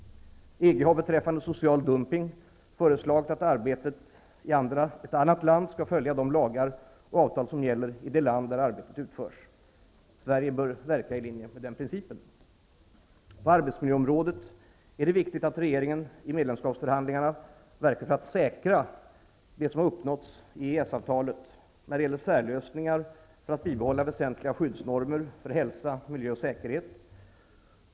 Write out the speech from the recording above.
EG har beträffande social dumping föreslagit att arbetet i ett annat land skall följa de lagar och avtal som gäller i det land där arbetet utförs. Sverige bör verka i linje med den principen. På arbetsmiljöområdet är det viktigt att regeringen i medlemskapsförhandlingarna verkar för att säkra det som har uppnåtts i EES-avtalet när det gäller särlösningar för att bibehålla väsentliga skyddsnormer för hälsa, miljö och säkerhet.